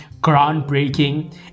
Groundbreaking